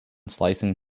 slicing